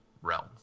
realm